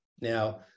now